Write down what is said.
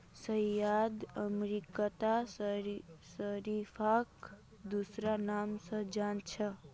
शायद अमेरिकात शरीफाक दूसरा नाम स जान छेक